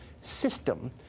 system